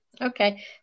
Okay